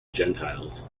gentiles